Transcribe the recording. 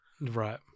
Right